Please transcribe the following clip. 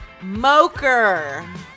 Moker